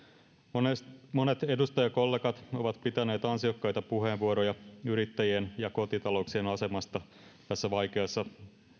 monet monet edustajakollegat ovat pitäneet ansiokkaita puheenvuoroja yrittäjien ja kotitalouksien asemasta tässä vaikeassa